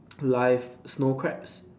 live snow crabs